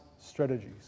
strategies